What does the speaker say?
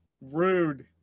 Rude